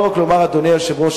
אדוני היושב-ראש,